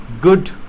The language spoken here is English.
good